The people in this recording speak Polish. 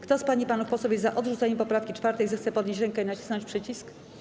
Kto z pań i panów posłów jest za odrzuceniem poprawki 4., zechce podnieść rękę i nacisnąć przycisk.